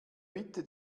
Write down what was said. bitte